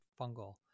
fungal